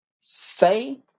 say